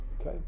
Okay